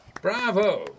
Bravo